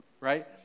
right